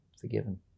forgiven